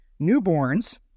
newborns